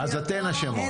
אז אתן אשמות,